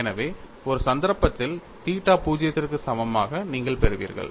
எனவே ஒரு சந்தர்ப்பத்தில் தீட்டா 0 க்கு சமமாக நீங்கள் பெறுவீர்கள்